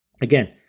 again